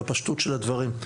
בפשטות של הדברים.